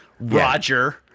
Roger